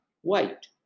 white